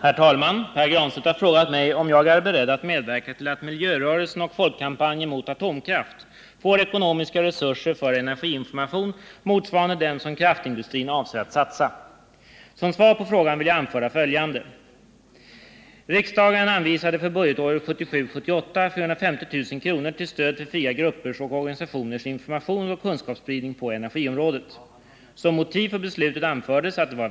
Enligt pressuppgifter avser kärnkraftsindustrin att genomföra en omfattande propagandakampanj för kärnkraft med stora ekonomiska insatser. Energifrågan är en politisk fråga med stor betydelse för hela samhällsutvecklingen och där meningarna är mycket delade.